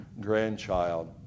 grandchild